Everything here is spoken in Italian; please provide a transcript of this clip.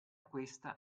questa